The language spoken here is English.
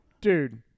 Dude